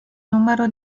numero